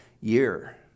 year